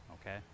Okay